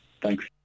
Thanks